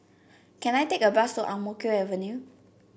can I take a bus to Ang Mo Kio Avenue